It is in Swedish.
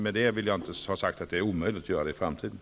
Med det vill jag inte säga att det är omöjligt att göra det i framtiden.